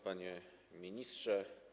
Panie Ministrze!